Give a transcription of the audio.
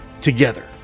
Together